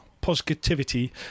positivity